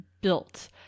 built